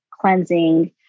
cleansing